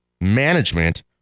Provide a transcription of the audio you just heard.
management